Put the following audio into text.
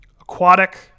aquatic